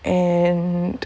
and